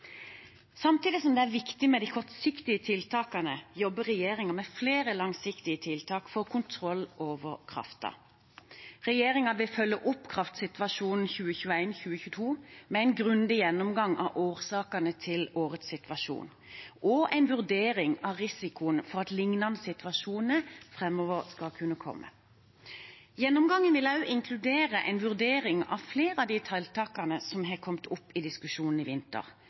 Samtidig som det er viktig med de kortsiktige tiltakene, jobber regjeringen med flere langsiktige tiltak for kontroll over kraften. Regjeringen vil følge opp kraftsituasjonen 2021–2022 med en grundig gjennomgang av årsakene til årets situasjon og en vurdering av risikoen for at lignende situasjoner framover skal kunne komme. Gjennomgangen vil også inkludere en vurdering av flere av de tiltakene som har kommet opp i diskusjonen i vinter,